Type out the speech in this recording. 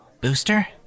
Booster